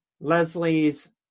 Leslie's